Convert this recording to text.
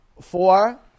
four